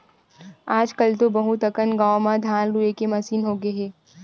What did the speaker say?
आजकल तो बहुत अकन गाँव म धान लूए के मसीन होगे हे